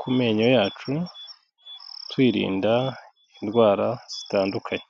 ku menyo yacu twirinda indwara zitandukanye.